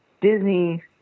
Disney